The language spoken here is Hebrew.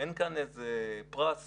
אין כאן איזה פרס